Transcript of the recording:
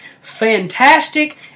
fantastic